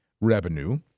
revenue